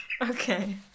Okay